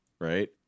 right